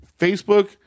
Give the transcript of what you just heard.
facebook